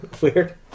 Weird